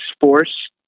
Force